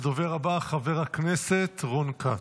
הדובר הבא, חבר הכנסת רון כץ.